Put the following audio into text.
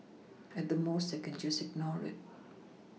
at the most I can just ignore it